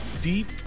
deep